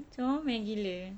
comel gila